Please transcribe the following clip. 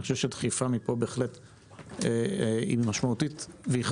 אני חושב שדחיפה מפה היא משמעותית וחשובה.